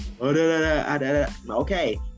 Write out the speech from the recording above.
Okay